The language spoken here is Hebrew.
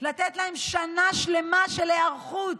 לתת להם שנה שלמה של היערכות,